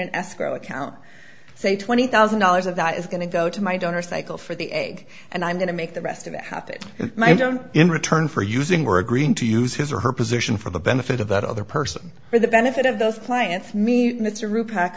an escrow account say twenty thousand dollars of that is going to go to my donor cycle for the egg and i'm going to make the rest of that have to in return for using we're agreeing to use his or her position for the benefit of that other person for the benefit of those plants me mr r